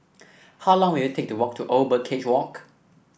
how long will it take to walk to Old Birdcage Walk